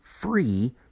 free